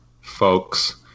folks